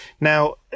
Now